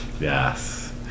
Yes